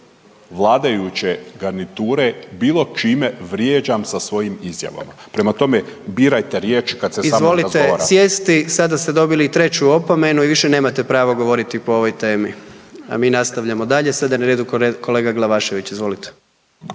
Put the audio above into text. vladajuće garniture bilo čime vrijeđam sa svojim izjavama. Prema tome, birajte riječi kad se sa mnom razgovarate. **Jandroković, Gordan (HDZ)** Izvolite sjesti, sada ste dobili i treću opomenu i više nemate pravo govoriti po ovoj temi, a mi nastavljamo dalje, sada je na redu kolega Glavašević, izvolite.